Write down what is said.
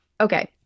okay